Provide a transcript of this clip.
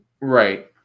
right